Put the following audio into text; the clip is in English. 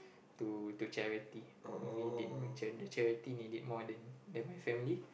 to charity maybe they charity charity need it more than than my family